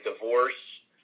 divorce